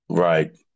Right